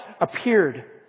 Appeared